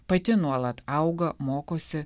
pati nuolat auga mokosi